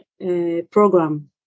program